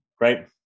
right